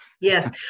Yes